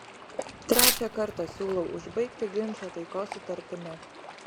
trečią kartą siūlau užbaigti ginčą taikos sutartimi